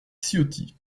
ciotti